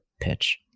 pitch